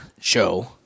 show